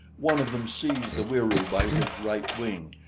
one of them seized the wieroo by his right wing,